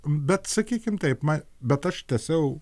bet sakykim taip bet aš tęsiau